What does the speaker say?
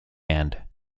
and